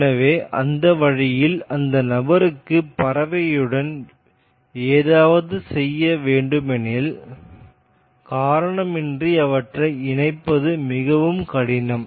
எனவே அந்த வழியில்அந்த நபருக்கு பறவையுடன் ஏதாவது செய்ய வேண்டுமெனில் காரணமின்றி அவற்றை இணைப்பது மிகவும் கடினம்